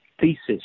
thesis